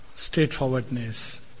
straightforwardness